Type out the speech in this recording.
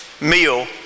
meal